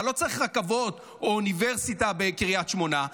אתה לא צריך רכבות או אוניברסיטה בקריית שמונה,